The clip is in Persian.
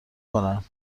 کنن